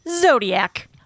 Zodiac